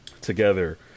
together